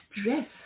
stress